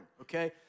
okay